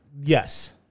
Yes